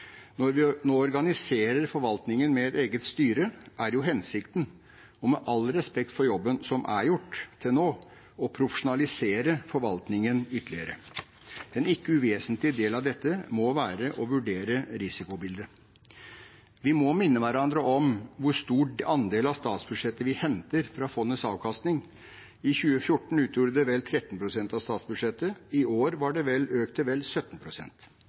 når rentenivået er økende. Når vi nå organiserer forvaltningen med et eget styre, er jo hensikten – med all respekt for jobben som er gjort til nå – å profesjonalisere forvaltningen ytterligere. En ikke uvesentlig del av dette må være å vurdere risikobildet. Vi må minne hverandre om hvor stor andel av statsbudsjettet vi henter fra fondets avkastning. I 2014 utgjorde dette vel 13 pst. av statsbudsjettet. I år var det økt til vel